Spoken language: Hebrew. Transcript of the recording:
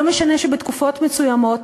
לא משנה שבתקופות מסוימות,